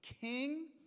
king